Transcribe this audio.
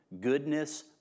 goodness